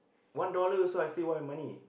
one dollar also I still want my money